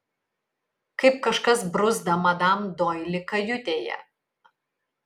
kaip kažkas bruzda madam doili kajutėje